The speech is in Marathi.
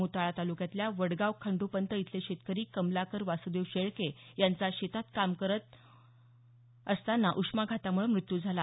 मोताळा तालुक्यातल्या वडगाव खंडोपंत इथले शेतकरी कमलाकर वासदेव शेळके यांचा शेतात काम करत उष्माघातामुळे मृत्यू झाला